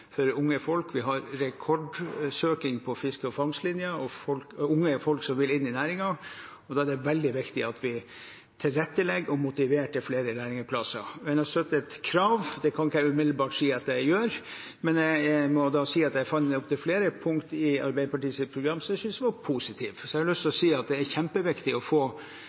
for unge. Vi har rekordsøking på fiske og fangst-linja og unge folk som vil inn i næringen, og da er det veldig viktig at vi tilrettelegger og motiverer til flere lærlingplasser. Å støtte et krav kan jeg ikke umiddelbart si at jeg gjør, men jeg må si at jeg fant opptil flere punkter i Arbeiderpartiets program som jeg syntes var positive. Så har jeg lyst til å si at det er kjempeviktig å få